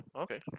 okay